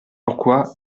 pourquoi